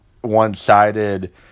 one-sided